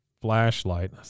flashlight